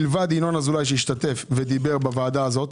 מלבד ינון אזולאי שהשתתף ודיבר בישיבה הזאת,